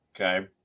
okay